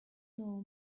know